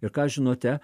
ir ką žinote